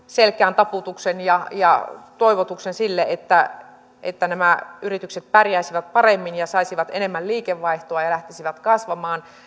selkään taputuksen ja ja toivotuksen sille että että nämä yritykset pärjäisivät paremmin ja saisivat enemmän liikevaihtoa ja lähtisivät kasvamaan